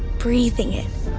breathing it,